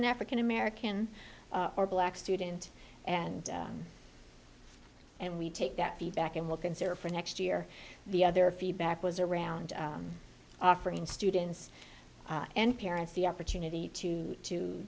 an african american or black student and and we take that feedback and we'll consider for next year the other feedback was around offering students and parents the opportunity to